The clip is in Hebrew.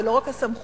זה לא רק הסמכות,